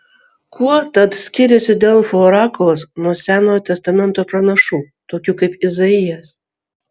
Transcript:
kuo tad skiriasi delfų orakulas nuo senojo testamento pranašų tokių kaip izaijas